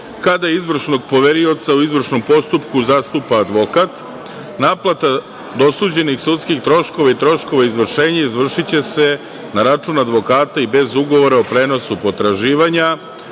kada izvršnog poverioca u izvršnom postupku zastupa advokat, naplata dosuđenih sudskih troškova i troškova izvršenja izvršiće se na račun advokata i bez ugovora o prenosu potraživanja,